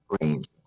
range